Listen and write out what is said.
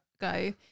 go